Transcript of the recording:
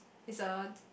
is a